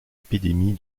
épidémie